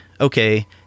Okay